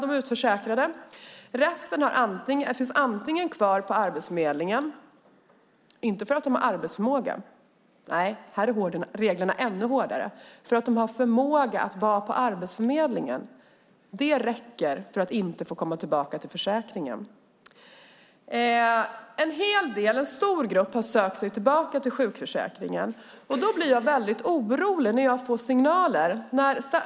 En del finns kvar på Arbetsförmedlingen, inte för att de har arbetsförmåga - nej, här är reglerna ännu hårdare - utan för att de har förmåga att vara på Arbetsförmedlingen. Det räcker för att de inte ska få komma tillbaka till försäkringen. En stor grupp har sökt sig tillbaka till sjukförsäkringen. Jag blir orolig när jag får signaler.